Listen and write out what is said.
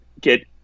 get